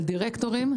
על דירקטורים,